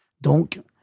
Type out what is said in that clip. donc